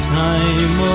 time